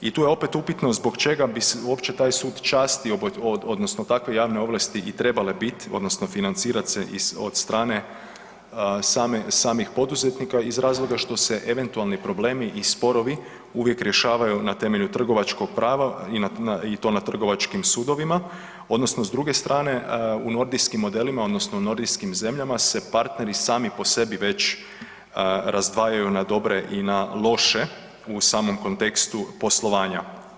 I tu je opet upitno zbog čega bi uopće taj Sud časti odnosno takve javne ovlasti i trebale bit odnosno financirat se od strane samih poduzetnika iz razloga što se eventualni problemi i sporovi uvijek rješavaju na temelju trgovačkog prava i to na trgovačkim sudovima odnosno s druge strane u nordijskim modelima odnosno nordijskim zemljama se partneri sami po sebi već razdvajaju na dobre i na loše u samom kontekstu poslovanja.